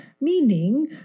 meaning